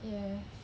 yes